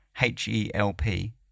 H-E-L-P